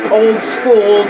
old-school